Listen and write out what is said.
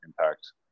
impact